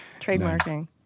trademarking